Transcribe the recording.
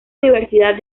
universidad